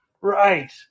Right